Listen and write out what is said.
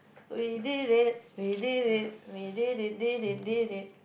we did it we did it we did it did it did it